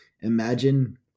imagine